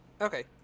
Okay